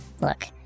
Look